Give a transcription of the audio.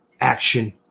action